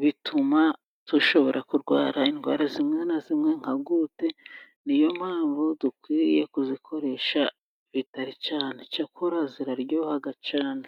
bituma dushobora kurwara indwara zimwe na zimwe nka Gute. Ni yo mpamvu dukwiriye kuzikoresha bitari cyane. Icyakora ziraryoha cyane.